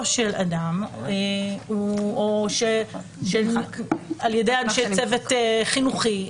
של אדם או על ידי אנשי צוות חינוכי,